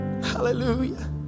hallelujah